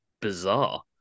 bizarre